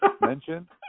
mention